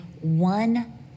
one